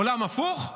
עולם הפוך?